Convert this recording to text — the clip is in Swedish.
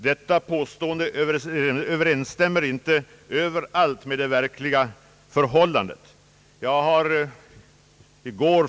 Detta påstående överensstämmer inte med verkligheten.